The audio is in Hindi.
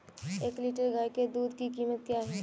एक लीटर गाय के दूध की कीमत क्या है?